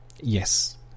yes